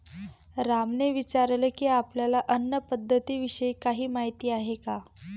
रामने विचारले की, आपल्याला अन्न पद्धतीविषयी काही माहित आहे का?